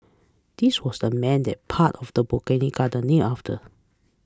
this was the man that part of the Botanic Garden name after